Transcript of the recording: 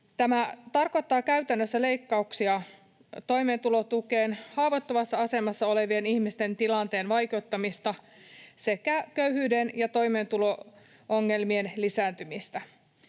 Tämä tarkoittaa käytännössä leikkauksia toimeentulotukeen, haavoittuvassa asemassa olevien ihmisten tilanteen vaikeuttamista sekä köyhyyden ja toimeentulo-ongelmien lisääntymistä.